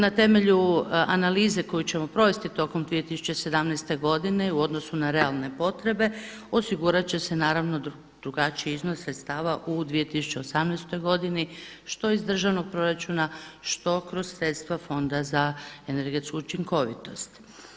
Na temelju analize koju ćemo provesti tokom 2017. godine i u odnosu na realne potrebe osigurat će se naravno drugačiji iznos sredstava u 2018. godini što iz državnog proračuna što kroz sredstva Fonda za energetsku učinkovitost.